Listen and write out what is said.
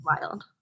wild